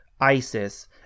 ISIS